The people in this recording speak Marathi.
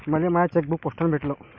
मले माय चेकबुक पोस्टानं भेटल